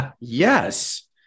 Yes